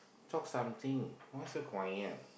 talk something why so quiet